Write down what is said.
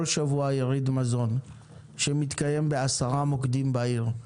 שבוע יריד מזון שמתקיים בעשרה מוקדים בעיר,